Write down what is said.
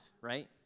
right